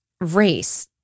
race